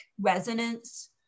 resonance